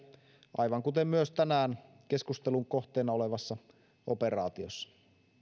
aivan kuten myös tänään keskustelun kohteena olevassa operaatiossa